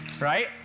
right